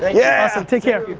yeah awesome, take care.